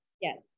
Yes